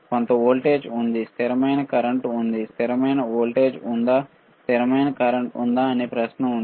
కొంత వోల్టేజ్ ఉంది స్థిరమైన కరెంట్ ఉంది స్థిరమైన వోల్టేజ్ ఉందా స్థిరమైన కరెంట్ ఉందా ఒక ప్రశ్న ఉంది